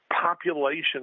population